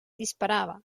disparava